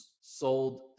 sold